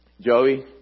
Joey